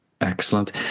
Excellent